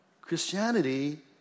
Christianity